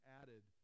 added